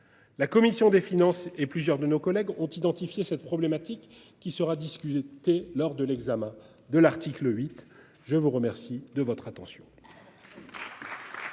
La commission des finances et plusieurs de nos collègues ont identifié cette problématique qui sera discuté lors de l'examen de l'article 8, je vous remercie de votre attention.